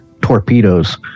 torpedoes